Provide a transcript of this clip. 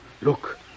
Look